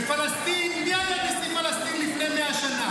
ופלסטין, מי היה נשיא פלסטין לפני 100 שנה?